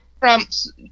Trump's